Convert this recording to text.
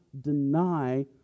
deny